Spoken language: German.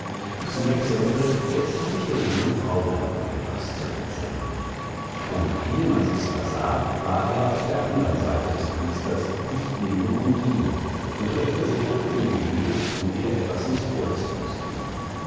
zum exempel jetzt hab ich der jungen frau dorten etwas zu erzählen und ehe man sich's versah war er auf der andern seite des priesters dicht neben undinen und reckte sich hoch in die höhe um ihr etwas ins ohr zu flüstern